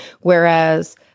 Whereas